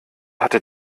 hatte